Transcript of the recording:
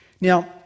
Now